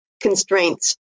constraints